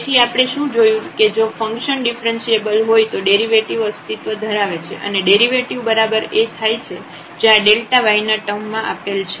તેથી આપણે શું જોયું કે જો ફંકશન ડિફ્રન્સિએબલ હોય તો ડેરિવેટિવ અસ્તિત્વ ધરાવે છે અને ડેરિવેટિવ બરાબર A થાય છે જે આ y ના ટર્મ માં આપેલ છે